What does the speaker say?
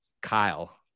kyle